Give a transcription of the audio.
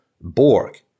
Borg